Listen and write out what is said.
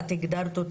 כפי שהגדרת,